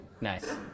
nice